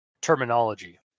terminology